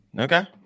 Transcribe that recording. Okay